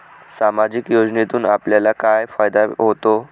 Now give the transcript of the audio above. सामाजिक योजनेतून आपल्याला काय फायदा होतो?